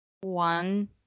One